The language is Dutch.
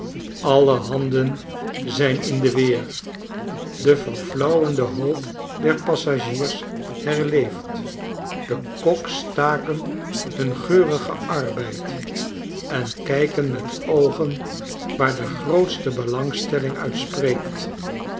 alle handen zijn in de weer de verflauwende hoop der passagiers herleeft de koks staken hun geurigen arbeid en kijken met oogen waar de grootste belangstelling uit spreekt